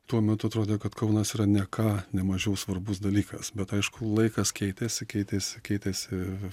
tuo metu atrodė kad kaunas yra ne ką nemažiau svarbus dalykas bet aišku laikas keitėsi keitėsi keitėsi